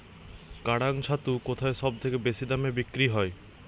কাড়াং ছাতু কোথায় সবথেকে বেশি দামে বিক্রি হয়?